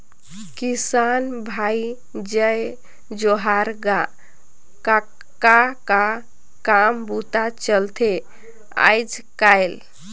किसान भाई जय जोहार गा, का का काम बूता चलथे आयज़ कायल?